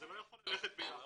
זה לא יכול ללכת ביחד.